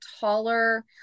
taller